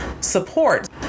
support